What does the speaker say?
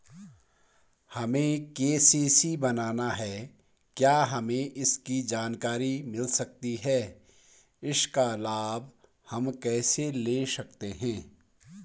हमें के.सी.सी बनाना है क्या हमें इसकी जानकारी मिल सकती है इसका लाभ हम कैसे ले सकते हैं?